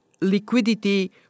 liquidity